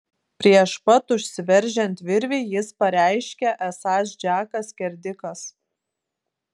prieš pat užsiveržiant virvei jis pareiškė esąs džekas skerdikas